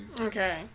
Okay